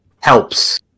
Helps